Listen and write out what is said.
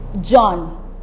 John